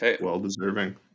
Well-deserving